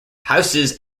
houses